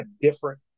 different